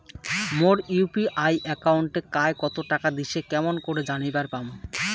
মোর UPI একাউন্টে কায় কতো টাকা দিসে কেমন করে জানিবার পামু?